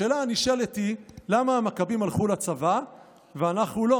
השאלה הנשאלת היא למה המכבים הלכו לצבא ואנחנו לא,